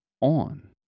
on